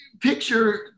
picture